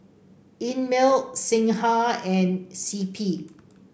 Einmilk Singha and C P